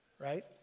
right